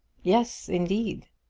yes, indeed.